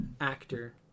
actor